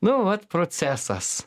nu vat procesas